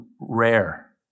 rare